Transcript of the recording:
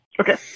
Okay